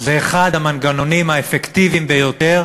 אחד המנגנונים האפקטיביים ביותר